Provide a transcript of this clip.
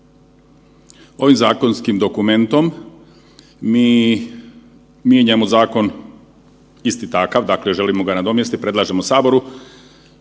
Ovim zakonskim dokumentom mi mijenjamo zakon isti takav, dakle želimo ga nadomjestiti, predlažemo saboru